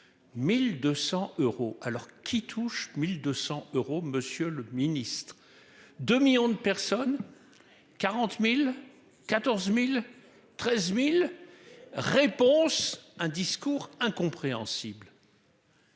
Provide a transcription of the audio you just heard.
1200 euros alors qu'il touche 1200 euros. Monsieur le Ministre de millions de personnes. 40.014 1013 1000 réponses un discours incompréhensible.